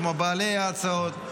כמו בעלי ההצעות,